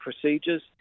procedures